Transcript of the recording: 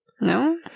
No